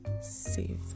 save